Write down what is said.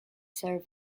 served